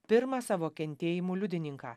pirmą savo kentėjimų liudininką